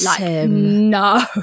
no